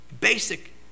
Basic